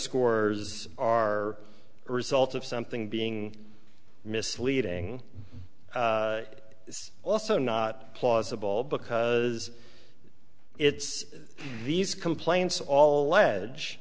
scores are a result of something being misleading is also not plausible because it's these complaints all ledge